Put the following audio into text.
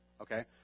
okay